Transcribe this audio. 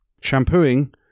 Shampooing